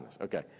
Okay